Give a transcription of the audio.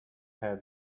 had